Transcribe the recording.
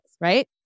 right